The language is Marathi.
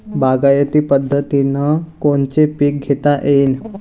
बागायती पद्धतीनं कोनचे पीक घेता येईन?